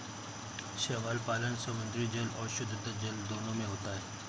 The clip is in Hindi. शैवाल पालन समुद्री जल एवं शुद्धजल दोनों में होता है